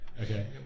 Okay